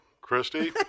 Christy